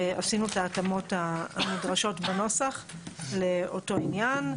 עשינו את ההתאמות הנדרשות בנוסח לאותו עניין.